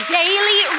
daily